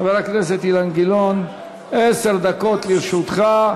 חבר הכנסת אילן גילאון, עשר דקות לרשותך.